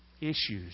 Issues